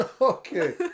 okay